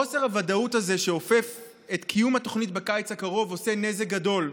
חוסר הוודאות הזה שאופף את קיום התוכנית בקיץ הקרוב עושה נזק גדול.